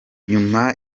nyuma